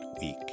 week